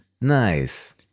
Nice